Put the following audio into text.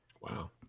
Wow